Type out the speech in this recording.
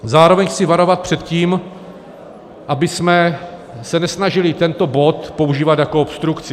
Zároveň chci varovat před tím, abychom se nesnažili tento bod používat jako obstrukci.